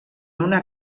una